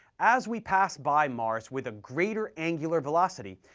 as we pass by mars with a greater angular velocity,